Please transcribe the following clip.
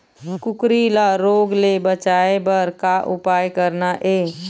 कुकरी ला रोग ले बचाए बर का उपाय करना ये?